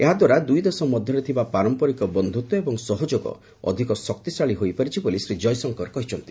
ଏହାଦ୍ୱାରା ଦୁଇ ଦେଶ ମଧ୍ୟରେ ଥିବା ପାରମ୍ପରିକ ବନ୍ଧୁତ୍ୱ ଏବଂ ସହଯୋଗ ଅଧିକ ଶକ୍ତିଶାଳୀ ହୋଇପାରିଛି ବୋଲି ଶ୍ୱୀ ଜୟଶଙ୍କର କହିଚ୍ଚନ୍ତି